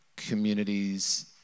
communities